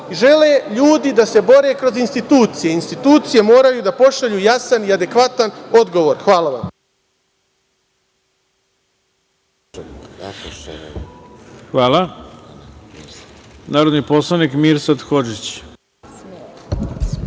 Žele ljudi da se bore kroz institucije. Institucije moraju da pošalju jasan i adekvatan odgovor. Hvala vam. **Ivica Dačić** Hvala. Narodni poslanik Mirsad Hodžić.